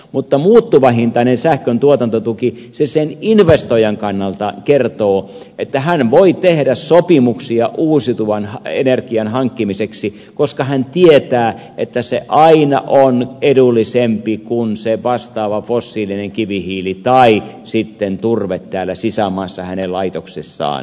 mutta muuttuvahintainen sähkön tuotantotuki sen investoijan kannalta kertoo että hän voi tehdä sopimuksia uusiutuvan energian hankkimiseksi koska hän tietää että se aina on edullisempi kuin se vastaava fossiilinen kivihiili tai turve täällä sisämaassa hänen laitoksessaan